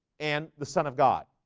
and the son of god,